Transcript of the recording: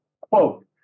quote